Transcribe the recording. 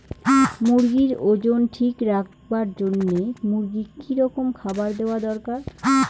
মুরগির ওজন ঠিক রাখবার জইন্যে মূর্গিক কি রকম খাবার দেওয়া দরকার?